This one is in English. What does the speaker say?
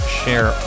share